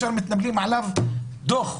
ישר מתנפלים עליו ודוח.